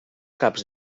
caps